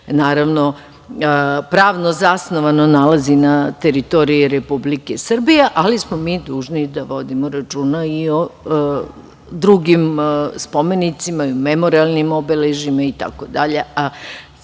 naravno pravno zasnovano nalazi na teritoriji Republike Srbije, ali smo mi dužni da vodimo računa i o drugim spomenicima i o memorijalnim obeležjima itd. Učimo